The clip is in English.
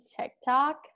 TikTok